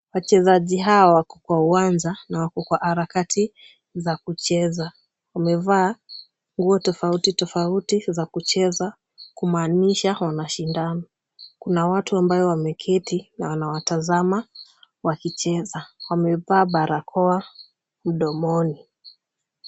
Wachezaji hawa wako kwa uwanja na wako kwa harakati za kucheza. Wamevaa nguo tofauti tofauti za kucheza kumaanisha wanashindana. Kuna watu ambao wameketi na wanawatazama wakicheza. Wamevaa barakoa mdomoni.